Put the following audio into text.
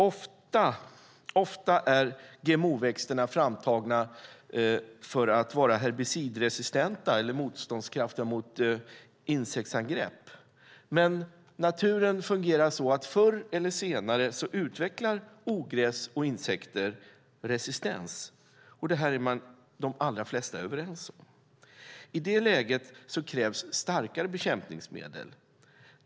Ofta är GMO-växterna framtagna för att vara herbicidresistenta eller motståndskraftiga mot insektsangrepp. Men naturen fungerar så att förr eller senare utvecklar ogräs och insekter resistens. Det är de allra flesta överens om. I det läget krävs starkare bekämpningsmedel.